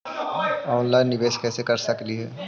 Online निबेस कैसे कर सकली हे?